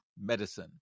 medicine